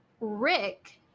rick